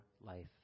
life